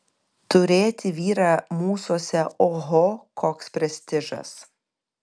turėti vyrą mūsuose oho koks prestižas